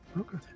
Okay